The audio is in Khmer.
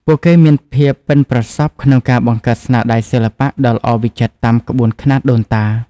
ពួកគេមានភាពប៉ិនប្រសប់ក្នុងការបង្កើតស្នាដៃសិល្បៈដ៏ល្អវិចិត្រតាមក្បួនខ្នាតដូនតា។